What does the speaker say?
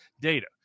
data